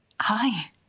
Hi